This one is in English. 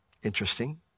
Interesting